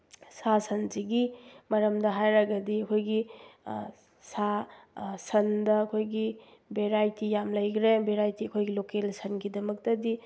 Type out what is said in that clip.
ꯁꯥ ꯁꯟꯁꯤꯒꯤ ꯃꯔꯝꯗ ꯍꯥꯏꯔꯒꯗꯤ ꯑꯩꯈꯣꯏꯒꯤ ꯁꯥ ꯁꯟꯗ ꯑꯩꯈꯣꯏꯒꯤ ꯕꯦꯔꯥꯏꯇꯤ ꯌꯥꯝ ꯂꯩꯈ꯭ꯔꯦ ꯕꯦꯔꯥꯏꯇꯤ ꯑꯩꯈꯣꯏꯒꯤ ꯂꯣꯀꯦꯜ ꯁꯟꯒꯤ ꯗꯃꯛꯇꯗꯤ